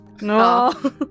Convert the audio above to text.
No